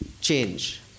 change